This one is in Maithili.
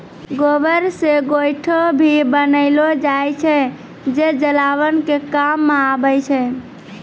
गोबर से गोयठो भी बनेलो जाय छै जे जलावन के काम मॅ आबै छै